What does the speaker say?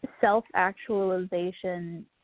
self-actualization